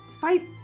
Fight